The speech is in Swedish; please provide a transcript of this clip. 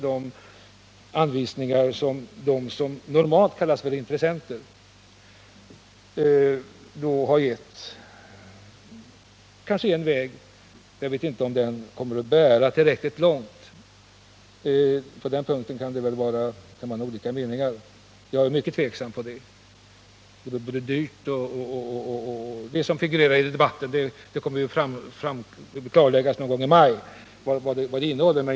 De anvisningar som de som normalt kallas för intressenter har gett visar kanske en väg, men jag vet inte om den kommer att föra tillräckligt långt. På den punkten kan man ha olika meningar, men jag är mycket tveksam till det, eftersom det blir dyrt. Vad det som figurerar i debatten innehåller kommer väl att klarläggas någon gång i maj.